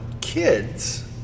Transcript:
kids